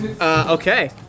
Okay